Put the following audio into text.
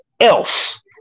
else